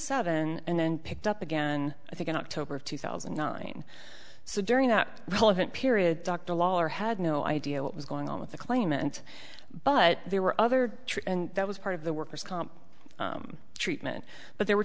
seven and then picked up again i think in october of two thousand and nine so during that relevant period dr lawler had no idea what was going on with the claimant but there were other tricks and that was part of the worker's comp treatment but there were